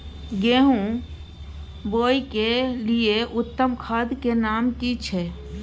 गेहूं बोअ के लिये उत्तम खाद के नाम की छै?